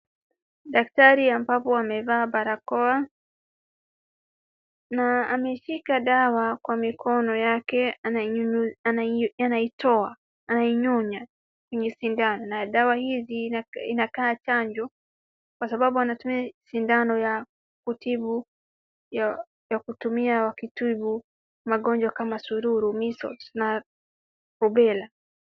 Daktari ambapo amevaa barakoa na ameshika dawa kwa mikono yake, anaitoa anainyonya kwenye sindano na dawa hizi inakaa chanjo kwa sababu anatumia sindano ya kutibu ya kutumia wakitibu magonjwa kama sururu, [cs) measles [cs) na upele.